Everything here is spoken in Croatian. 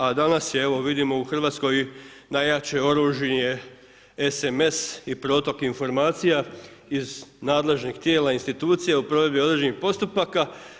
A danas je evo vidimo u Hrvatskoj najjače oružje SMS i protok informacija iz nadležnih tijela, institucija u provedbi određenih postupaka.